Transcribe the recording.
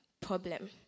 problem